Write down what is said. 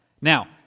Now